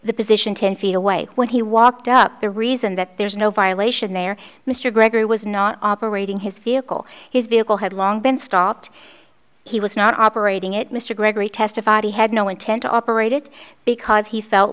the position ten feet away when he walked up the reason that there's no violation there mr gregory was not operating his vehicle his vehicle had long been stopped he was not operating it mr gregory testified he had no intent to operate it because he felt